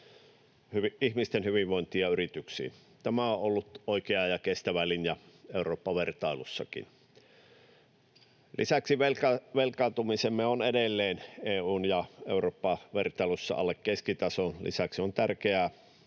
ihmisten hyvinvointiin ja yrityksiin. Tämä on ollut oikea ja kestävä linja Eurooppa-vertailussakin. Lisäksi velkaantumisemme on edelleen EU‑ ja Eurooppa-vertailussa alle keskitason. Lisäksi on tärkeää,